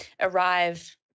arrive